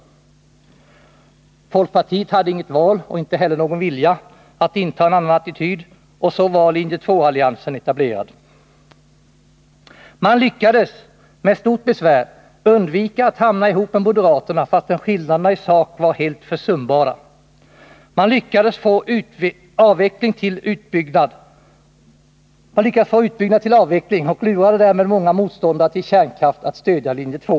Folkpartiet hade inget val, och inte heller någon vilja, att inta en annan attityd, och så var linje 2-alliansen etablerad. Man lyckades — med stort besvär — undvika att hamna ihop med moderaterna, fastän skillnaderna i sak var helt försumbara. Man lyckades få utbyggnad till avveckling och lurade därmed många motståndare till kärnkraft att stödja linje 2.